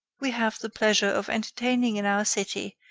we have the pleasure of entertaining in our city,